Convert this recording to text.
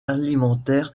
alimentaires